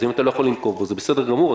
אז אם אתה לא יכול לנקוב בו, זה בסדר גמור.